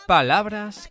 Palabras